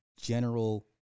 general